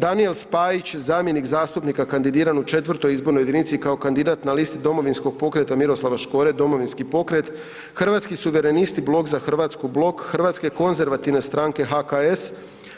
Danijel Spajić, zamjenik zastupnika kandidiran u IV. izbornoj jedinici kao kandidat na listi Domovinskog pokreta Miroslava Škore, Domovinski pokret, Hrvatski suverenisti, Blok za Hrvatsku, Blok Hrvatske konzervativne stranke, HKS,